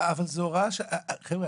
חבר'ה,